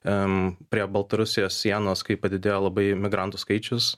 em prie baltarusijos sienos kai padidėjo labai imigrantų skaičius